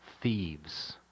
thieves